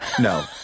No